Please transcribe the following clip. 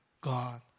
God